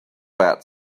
pat